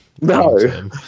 No